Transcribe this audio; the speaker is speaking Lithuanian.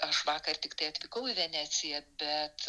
aš vakar tiktai atvykau į veneciją bet